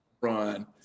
run